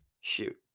shoot